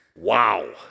Wow